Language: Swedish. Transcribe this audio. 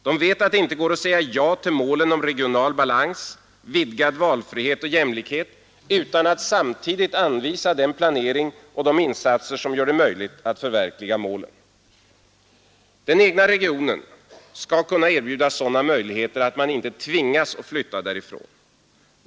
De vet att det inte går att säga ja till målen om regional balans, vidgad valfrihet och jämlikhet utan att samtidigt anvisa den planering och de insatser som gör det möjligt att förverkliga målen. Den egna regionen skall kunna erbjuda sådana möjligheter att man inte tvingas att flytta därifrån.